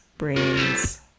brains